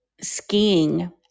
skiing